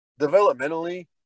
developmentally